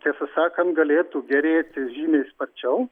tiesą sakant galėtų gerėti žymiai sparčiau